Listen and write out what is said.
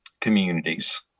communities